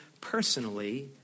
personally